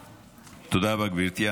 תודה רבה, גברתי.